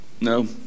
No